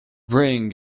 bring